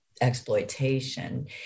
exploitation